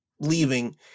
leaving